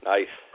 Nice